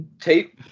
Tape